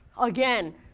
again